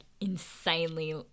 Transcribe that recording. insanely